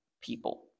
people